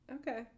Okay